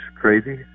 crazy